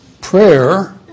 prayer